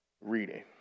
reading